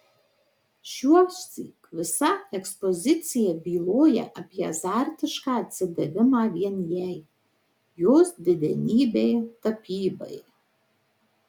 šiuosyk visa ekspozicija byloja apie azartišką atsidavimą vien jai jos didenybei tapybai